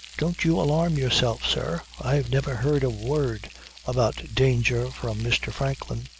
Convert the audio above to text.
don't you alarm yourself, sir. i've never heard a word about danger from mr. franklin.